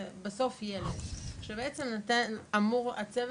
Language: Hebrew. בשביל זה אני אשמח לשמוע אם יש לנו נציג של